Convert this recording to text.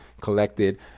collected